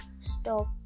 stop